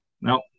Now